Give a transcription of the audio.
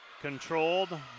Controlled